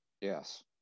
Yes